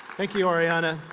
thank you, ariana.